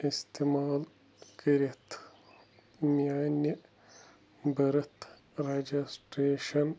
استعمال کٔرِتھ میانہِ بٔرٕتھ رَجَسٹریشَن